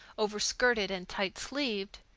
overskirted and tight-sleeved,